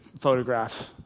photographs